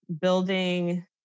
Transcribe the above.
building